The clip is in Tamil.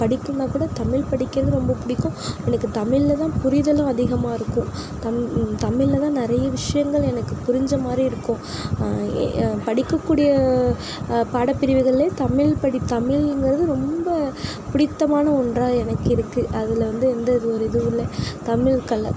படிக்கணும்னா கூட தமிழ் படிக்கிறது ரொம்ப பிடிக்கும் எனக்கு தமிழ்லதான் புரிதலும் அதிகமாக இருக்கும் தம் தமிழ்லதான் நிறைய விஷயங்கள் எனக்கு புரிந்த மாதிரி இருக்கும் படிக்கக்கூடிய பாடப்பிரிவுகள்லே தமிழ் படி தமிழ்ங்கிறது ரொம்ப பிடித்தமான ஒன்றாக எனக்கு இருக்குது அதில் வந்து எந்த ஒரு இதுவும் இல்லை தமிழ் கலா